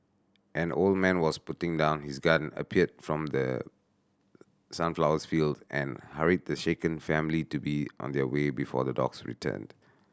an old man was putting down his gun appeared from the sunflower field and hurried the shaken family to be on their way before the dogs returned